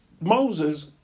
Moses